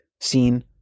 seen